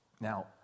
Now